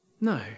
No